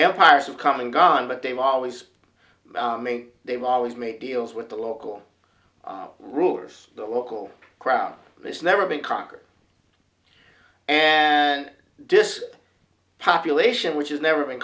empires have come and gone but they've always they've always made deals with the local rulers the local crowd has never been conquered and this population which has never been